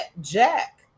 Jack